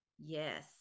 Yes